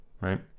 right